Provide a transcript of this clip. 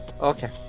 Okay